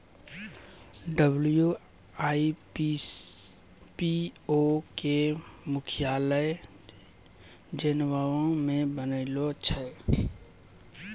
WIPO के मुख्यालय Geneva मे बनैने छै